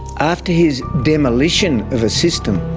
after his demolition of a system,